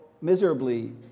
miserably